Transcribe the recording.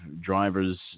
drivers